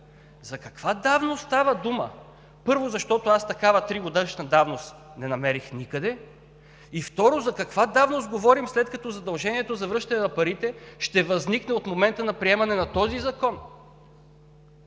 за каква давност става дума, първо, защото аз такава тригодишна давност не намерих никъде; и второ, за каква давност говорим, след като задължението за връщане на парите ще възникне от момента на приемане на този закон.